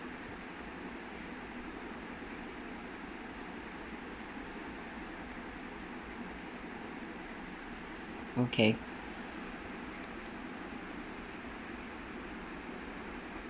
okay